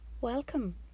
Welcome